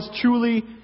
truly